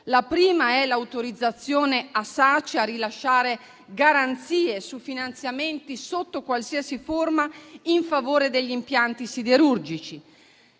la prima è l'autorizzazione a Sace a rilasciare garanzie su finanziamenti sotto qualsiasi forma in favore degli impianti siderurgici.